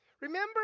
Remember